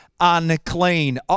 unclean